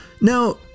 Now